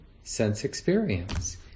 sense-experience